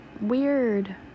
weird